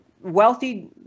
wealthy